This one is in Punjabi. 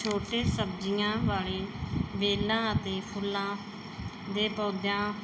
ਛੋਟੇ ਸਬਜ਼ੀਆਂ ਵਾਲੇ ਵੇਲਾਂ ਅਤੇ ਫੁੱਲਾਂ ਦੇ ਪੌਦਿਆਂ